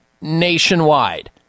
nationwide